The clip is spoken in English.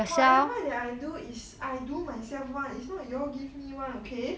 whatever that I do is I do myself [one] is not you all give me [one] okay